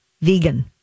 vegan